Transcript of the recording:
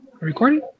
recording